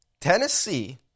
Tennessee